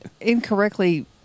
incorrectly